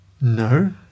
No